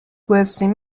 worsley